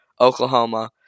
Oklahoma